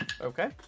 Okay